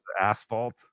Asphalt